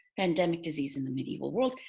pandemic disease in the medieval world.